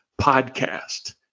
podcast